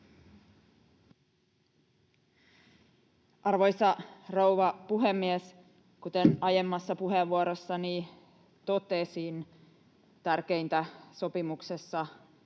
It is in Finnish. Arvoisa rouva puhemies! Kuten aiemmassa puheenvuorossani totesin, tärkeintä sopimuksessa